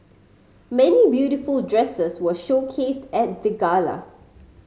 many beautiful dresses were showcased at the gala